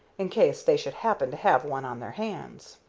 in case they should happen to have one on their hands.